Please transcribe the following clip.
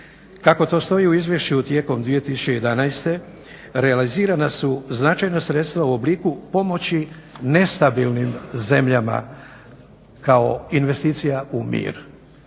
Kako to stoji u izvješću tijekom 2011.realizirana su značajna sredstva u obliku pomoći nestabilnim zemljama kao investicija u mir.